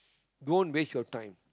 don't waste your time